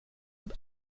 wird